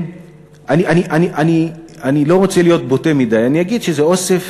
אני לא רוצה להיות בוטה מדי, אני אגיד שזה אוסף